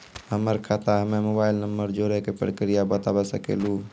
हमर खाता हम्मे मोबाइल नंबर जोड़े के प्रक्रिया बता सकें लू?